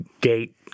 gate